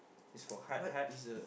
this for heart heart